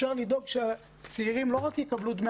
אפשר לדאוג שהצעירים לא רק יקבלו דמי